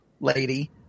lady